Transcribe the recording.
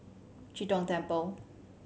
Chee Tong Temple